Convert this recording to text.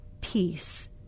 peace